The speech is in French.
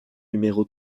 numéro